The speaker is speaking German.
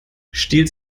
stiehlt